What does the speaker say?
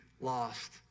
lost